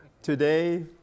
Today